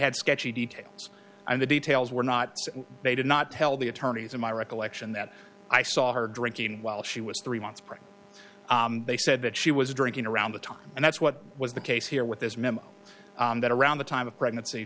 had sketchy details on the details were not they did not tell the attorneys in my recollection that i saw her drinking while she was three months pregnant they said that she was drinking around the time and that's what was the case here with this memo that around the time of pregnancy